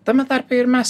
tame tarpe ir mes